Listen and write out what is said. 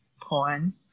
porn